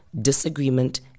disagreement